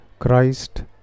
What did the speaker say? Christ